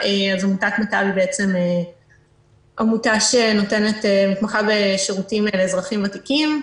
עמותת "מטב" היא עמותה שמתמחה בשירותים לאזרחים ותיקים.